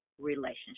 relationship